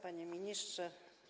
Panie Ministrze!